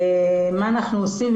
מה אנחנו עושים,